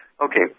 Okay